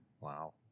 Wow